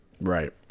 Right